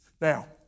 Now